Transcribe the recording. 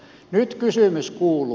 nyt kysymys kuuluu